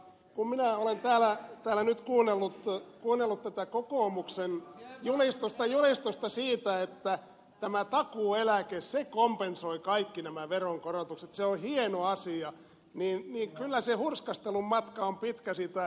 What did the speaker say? kun minä olen täällä nyt kuunnellut tätä kokoomuksen julistusta siitä että tämä takuueläke kompensoi kaikki nämä veronkorotukset se on hieno asia niin kyllä se hurskastelun matka on pitkä siitä ed